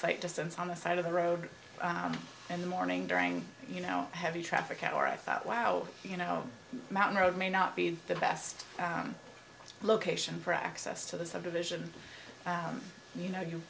fake distance on the side of the road in the morning during you know heavy traffic hour i thought wow you know mountain road may not be the best location for access to the subdivision you you know